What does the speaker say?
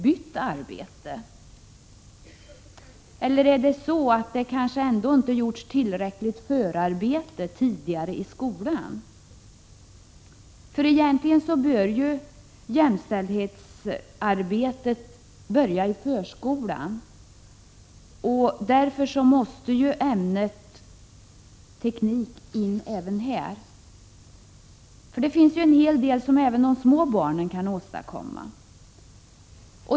Det kanske t.o.m. är så att det i skolan inte har gjorts tillräckligt mycket förarbete. Jämställdhetsarbetet bör egentligen börja redan i förskolan, och därför måste ämnet teknik in även där. Det finns en hel del som även de små barnen kan åstadkomma.